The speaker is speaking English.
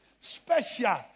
Special